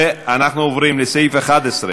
אנחנו עוברים לסעיף 11: